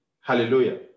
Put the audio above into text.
Hallelujah